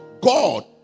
God